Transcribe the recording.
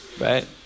right